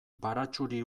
baratxuri